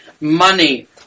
money